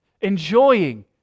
enjoying